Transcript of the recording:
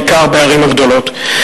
בעיקר בערים הגדולות.